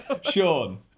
Sean